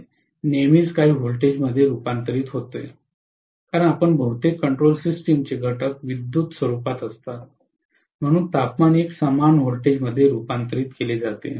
हे नेहमीच काही व्होल्टेजमध्ये रूपांतरित होते कारण आपल्या बहुतेक कंट्रोल सिस्टम चे घटक विद्युत स्वरूपात असतात म्हणून तापमान एक समान व्होल्टेजमध्ये रुपांतरित होते